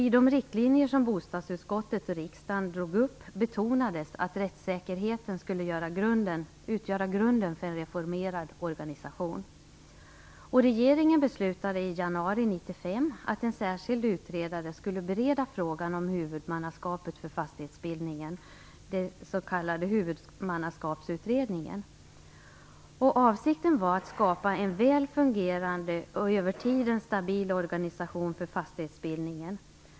I de riktlinjer som bostadsutskottet och riksdagen drog upp betonades att rättssäkerheten skulle utgöra grunden för en reformerad organisation. Regeringen beslutade i januari 1995 att en särskild utredare skulle bereda frågan om huvudmannaskapet för fastighetsbildningen, den s.k. Huvudmannaskapsutredningen. Avsikten var att skapa en väl fungerande och över tiden stabil organisation för fastighetsbildningen.